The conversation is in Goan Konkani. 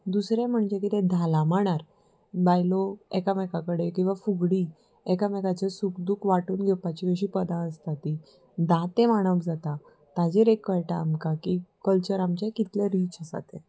दुसरें म्हणजे कितें धाला मांडार बायलो एकामेक कडेन किंवां फुगडी एकामेकाचो सुक दूख वांटून घेवपाची अशीं पदां आसता तीं दांतें वांणप जाता ताजेर एक कळटा आमकां की कल्चर आमचें कितलें रीच आसा तें